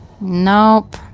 Nope